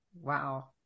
Wow